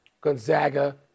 Gonzaga